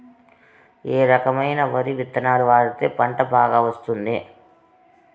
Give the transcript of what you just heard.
ఏ రకమైన వరి విత్తనాలు వాడితే పంట బాగా వస్తుంది?